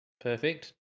Perfect